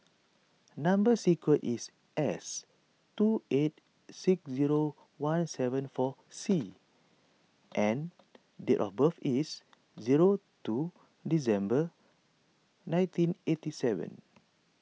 Number Sequence is S two eight six zero one seven four C and date of birth is zero two December nineteen eighty seven